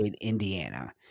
Indiana